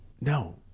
No